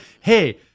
hey